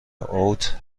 اوت